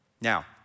Now